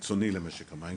חיצוני למשק המים,